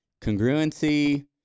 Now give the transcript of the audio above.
Congruency